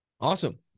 Awesome